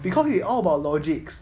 because it's all about logics